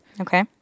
Okay